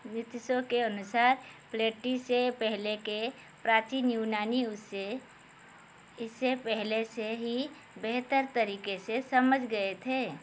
Nietzsche के अनुसार Plato से पहले के प्राचीन यूनानी उसे इसे पहले से ही बेहतर तरीक़े से समझ गए थे